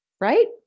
right